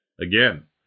Again